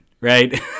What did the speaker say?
right